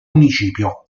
municipio